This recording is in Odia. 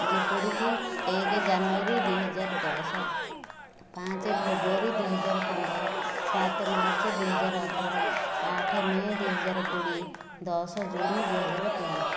ଯେପରିକି ଏକ ଜାନୁୟାରୀ ଦୁଇହଜାରଦଶ ପାଞ୍ଚେ ଫେବୃୟାରୀ ଦୁଇହଜାରପନ୍ଦର ସାତ ମାର୍ଚ୍ଚ ଦୁଇହଜାରଅଠର ଆଠ ମେ ଦୁଇହଜାରକୋଡ଼ିଏ ଦଶ ଜୁନ ଦୁଇହଜାରକୋଡ଼ିଏ